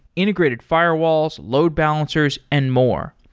integrated firewalls, load balancers and more.